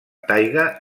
taigà